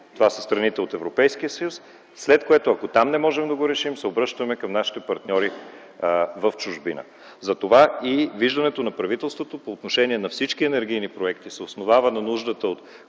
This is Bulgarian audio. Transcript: това са страните от Европейския съюз, след което, ако там не можем да го решим, се обръщаме към нашите партньори в чужбина. Затова и виждането на правителството по отношение на всички енергийни проекти се основава на нуждата от